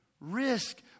risk